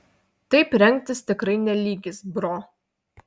taip rengtis tikrai ne lygis bro